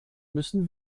müssen